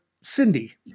Cindy